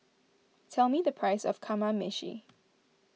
tell me the price of Kamameshi